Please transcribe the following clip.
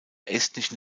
estnischen